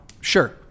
Sure